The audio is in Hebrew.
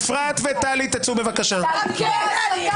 אפרת וטלי, אתן בקריאה שנייה.